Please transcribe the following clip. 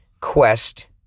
Quest